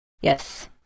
Yes